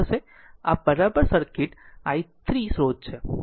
કે આ બરાબર સર્કિટ i 3 સ્રોત છે